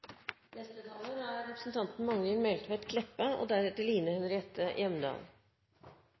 neste som skal ha ordet, er representanten Magnhild Meltveit Kleppa – deretter